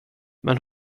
men